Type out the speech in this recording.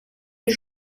les